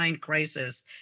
crisis